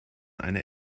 eine